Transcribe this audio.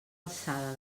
alçada